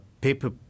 paper